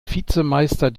vizemeister